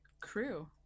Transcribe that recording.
Crew